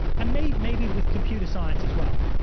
i mean maybe with computer science as well.